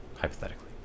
Hypothetically